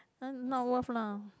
!huh! not worth lah